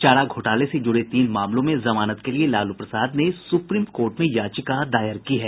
चारा घोटाले से जुड़े तीन मामलों में जमानत के लिए लालू प्रसाद ने सुप्रीम कोर्ट में याचिका दायर की है